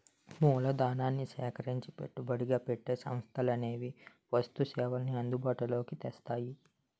మూలధనాన్ని సేకరించి పెట్టుబడిగా పెట్టి సంస్థలనేవి వస్తు సేవల్ని అందుబాటులో తెస్తాయి